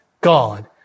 God